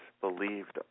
believed